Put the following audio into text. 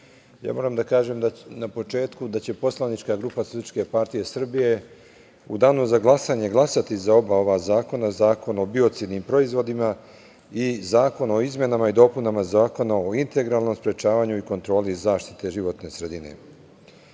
ja moram da kažem na početku da će poslanička grupa SPS u danu za glasanje glasati za oba ova zakona - Zakon o biocidnim proizvodima i zakon o izmenama i dopunama Zakona o integralnom sprečavanju i kontroli zaštite životne